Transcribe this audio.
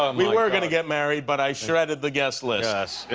i mean we were going to get married but i shredded the guest list.